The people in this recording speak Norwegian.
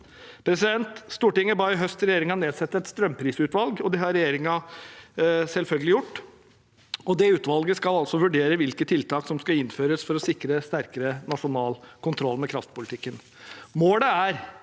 salen. Stortinget ba i høst regjeringen nedsette et strømprisutvalg, og det har regjeringen selvfølgelig gjort. Det utvalget skal vurdere hvilke tiltak som skal innføres for å sikre sterkere nasjonal kontroll med kraftpolitikken. Målet er